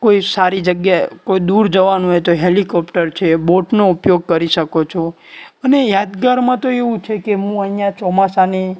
કોઈ સારી જગ્યા કોઈ દૂર જવાનું હોય તો હેલિકોપ્ટર છે બોટનો ઉપયોગ કરી શકો છો અને યાદગારમાં તો એવું છે કે હું અહીંયાં ચોમાસાની